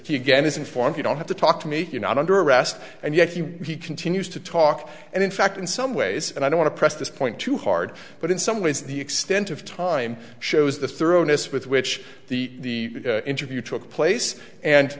he again is informed you don't have to talk to me you're not under arrest and yet he continues to talk and in fact in some ways and i don't want to press this point too hard but in some ways the extent of time shows the thoroughness with which the interview took place and